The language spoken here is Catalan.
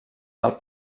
del